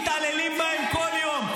מתעללים בהם כל יום.